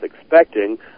expecting